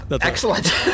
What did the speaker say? excellent